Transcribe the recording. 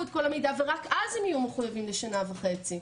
את כל המידע ורק אז הם יהיו מחויבים לשנה וחצי.